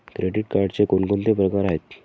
Credit कार्डचे कोणकोणते प्रकार आहेत?